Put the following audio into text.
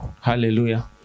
Hallelujah